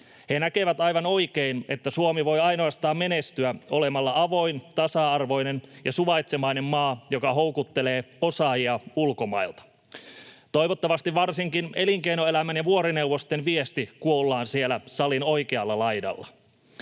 He näkevät aivan oikein, että Suomi voi menestyä ainoastaan olemalla avoin, tasa-arvoinen ja suvaitsevainen maa, joka houkuttelee osaajia ulkomailta. Toivottavasti varsinkin elinkeinoelämän ja vuorineuvosten viesti kuullaan siellä salin oikealla laidalla.